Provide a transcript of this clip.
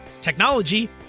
technology